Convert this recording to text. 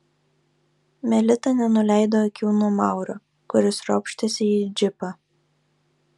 melita nenuleido akių nuo mauro kuris ropštėsi į džipą